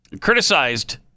criticized